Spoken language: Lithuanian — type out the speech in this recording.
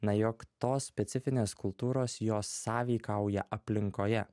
na jog tos specifinės kultūros jos sąveikauja aplinkoje